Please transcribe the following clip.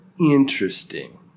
interesting